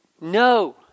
No